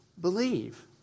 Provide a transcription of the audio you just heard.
believe